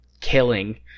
killing